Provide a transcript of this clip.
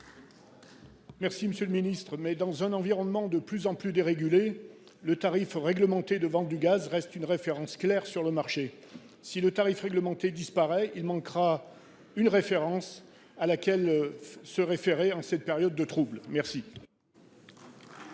Monsieur le ministre, dans un environnement de plus en plus dérégulé, le tarif réglementé de vente du gaz reste une référence claire sur le marché. Si le tarif réglementé disparaît, il manquera une balise à laquelle se référer en cette période trouble. La